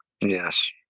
yes